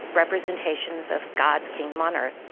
representations of god's kingdom on earth,